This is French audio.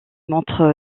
montre